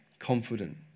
confident